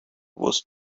was